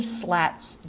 slats